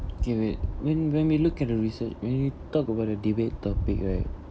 okay wait when when we look at the recent when you talk about a debate topic right